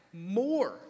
more